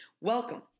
Welcome